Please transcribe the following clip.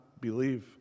believe